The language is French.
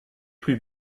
plus